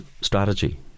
strategy